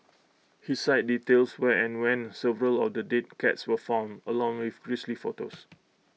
his site details where and when several of the dead cats were found along with grisly photos